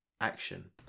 action